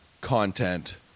content